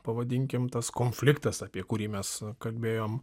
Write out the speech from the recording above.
pavadinkim tas konfliktas apie kurį mes kalbėjom